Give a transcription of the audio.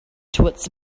towards